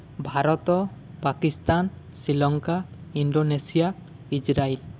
Bharat Pakistan Sri Lanka Indonesia Israel